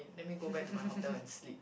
let me go back to my hotel and sleep